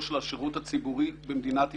של השירות הציבורי במדינת ישראל,